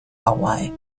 hawaii